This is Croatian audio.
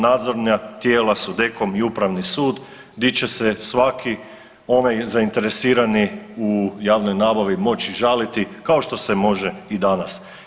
Nadzorna tijela su DEKOM i Upravni sud di će se svaki onaj zainteresirani u javnoj nabavi moći žaliti kao što se može i danas.